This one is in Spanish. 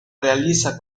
realiza